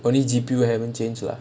only G_P_U haven't change ah